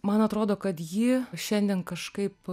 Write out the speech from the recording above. man atrodo kad ji šiandien kažkaip